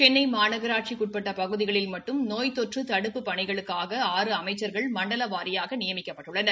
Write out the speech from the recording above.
சென்னை மாநகராட்சிக்கு உட்பட்ட பகுதிகளில் மட்டும் நோய் தொற்று தடுப்பு பணிகளுக்காக ஆறு அமைச்சர்கள் மண்டல வாரியாக நியமிக்கப்பட்டுள்ளனர்